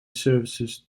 services